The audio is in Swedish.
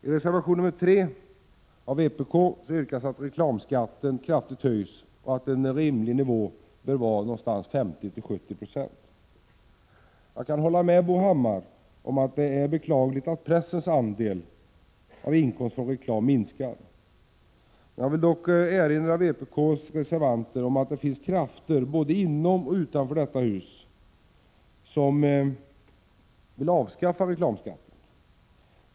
I reservation nr 3 av vpk yrkas att reklamskatten kraftigt skall höjas och att en rimlig nivå är 50-70 90. Jag kan hålla med Bo Hammar om att det är beklagligt att pressens andel av inkomsterna från reklam minskar. Jag vill dock erinra vpk:s reservanter — Prot. 1986/87:134 om att det finns krafter både inom och utanför detta hus som vill avskaffa — 2 juni 1987 reklamskatten.